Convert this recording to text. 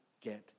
get